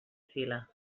fila